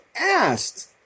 asked